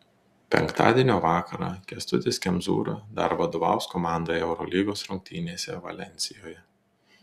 penktadienio vakarą kęstutis kemzūra dar vadovaus komandai eurolygos rungtynėse valensijoje